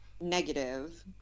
negative